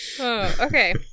Okay